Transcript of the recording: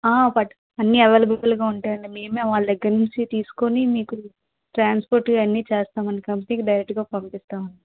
పట్ అన్నీ అవైలబుల్గా ఉంటాయండి మేమే వాళ్ళ దగ్గర నుంచి తీసుకుని మీకు ట్రాన్స్పోర్ట్ ఇవన్నీ చేస్తామండి కంపెనీకి డైరెక్ట్గా పంపిస్తామండి